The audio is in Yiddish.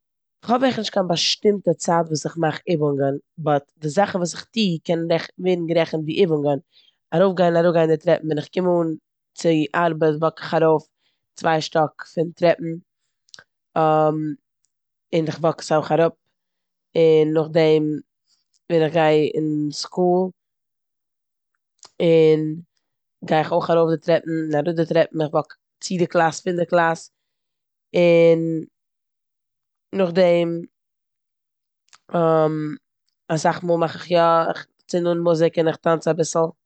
כ'האב עכט נישט קיין באשטימטע צייט וואס איך מאך איבונגען באט די זאכן וואס איך טוה קען רעכ- ווערן גערעכענט ווי איבונגען. ארויפגיין און אראפגיין די טרעפן ווען איך קום אן צו ארבעט וואק איך ארויף צוויי שטאק פון טרעפן, און איך וואק עס אויך אראפ און נאכדעם ווען איך גיי אין סקול און- גיי איך אויך ארויף די טרעפן און אראפ די טרעפן, און איך וואק צו די קלאס, פון די קלאס און נאכדעם אסאך מאל מאך איך יא. כ'צינד אן מוזיק און איך טאנץ אביסל.